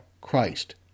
Christ